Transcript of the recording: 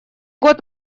год